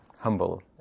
humble